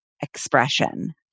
expression